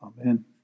Amen